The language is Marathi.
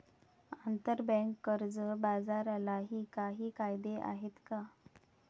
आंतरबँक कर्ज बाजारालाही काही कायदे आहेत का?